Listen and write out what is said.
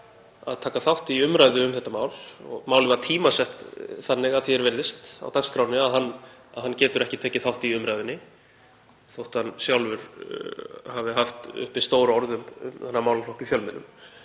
að taka þátt í umræðu um þetta mál og málið var tímasett þannig, að því er virðist, á dagskránni að hann getur ekki tekið þátt í umræðunni þótt hann sjálfur hafi haft uppi stór orð um þennan málaflokk í fjölmiðlum.